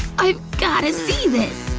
i've gotta see this!